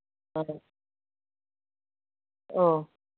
ꯑꯥ ꯑꯣ